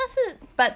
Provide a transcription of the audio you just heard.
但是 but